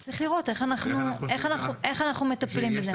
צריך לראות איך אנחנו מטפלים בזה.